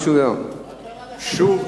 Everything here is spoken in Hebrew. יכול להיות שיש בעיית אמינות לראש הממשלה?